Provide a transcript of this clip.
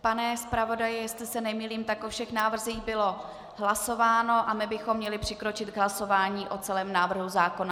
Pane zpravodaji, jestli se nemýlím, tak o všech návrzích bylo hlasováno a my bychom měli přikročit k hlasování o celém návrhu zákona.